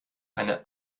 eine